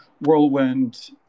whirlwind